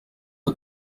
que